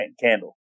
Candle